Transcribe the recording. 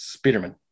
Spiderman